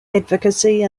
advocacy